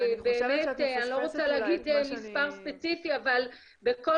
אני לא רוצה להגיד מספר ספציפי אבל בכל